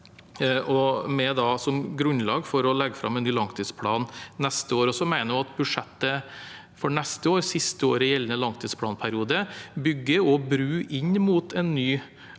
som grunnlag for å legge fram en ny langtidsplan neste år. Jeg mener at budsjettet for neste år, det siste året i gjeldende langtidsplanperiode, også bygger bro inn mot en ny